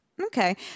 Okay